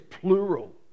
plural